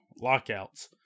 lockouts